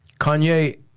Kanye